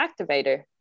activator